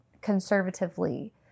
conservatively